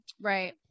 Right